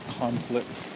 conflict